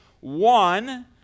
one